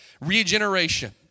regeneration